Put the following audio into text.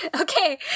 Okay